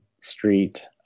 Street